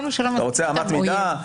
אתה רוצה אמת מידה,